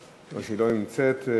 היא לא נמצאת.